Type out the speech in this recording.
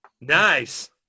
Nice